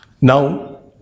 Now